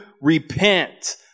repent